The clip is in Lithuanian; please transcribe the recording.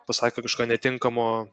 pasakė kažką netinkamo